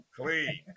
Clean